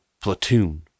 platoon